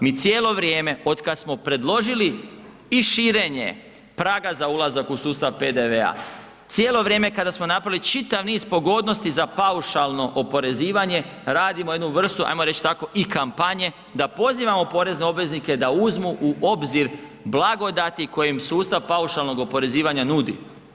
Mi cijelo vrijeme otkad smo predložili i širenje praga za ulazak u sustav PDV-a, cijelo vrijeme kada smo napravili čitav niz pogodnosti za paušalno oporezivanje, radimo jednu vrstu, hajmo reći tako i kampanje, da pozivamo porezne obveznike da uzmu u obzir blagodati koji im sustav paušalnog oporezivanja nudi.